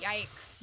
Yikes